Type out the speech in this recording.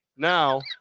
Now